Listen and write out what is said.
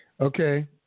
Okay